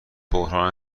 بحران